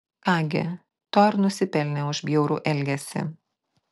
ką gi to ir nusipelnė už bjaurų elgesį